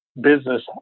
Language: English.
business